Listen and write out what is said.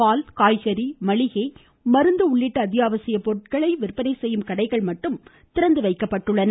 பால் காய்கறி மளிகை மருந்து உள்ளிட்ட அத்யாவசிய பொருட்கள் விற்பனை செய்யும் கடைகள் மட்டும் திறந்து வைக்கப்பட்டுள்ளன